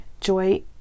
joy